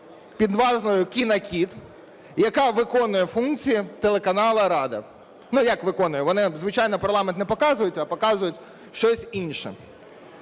під назвою "Кінокіт", яка виконує функції телеканалу "Рада". Ну, як виконує? Звичайно, парламент не показують, а показують щось інше.